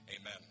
Amen